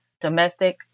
domestic